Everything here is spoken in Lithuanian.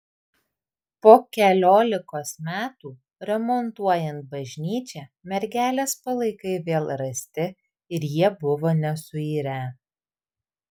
po keliolikos metų remontuojant bažnyčią mergelės palaikai vėl rasti ir jie buvo nesuirę